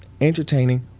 Entertaining